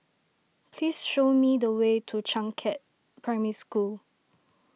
please show me the way to Changkat Primary School